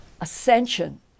ascension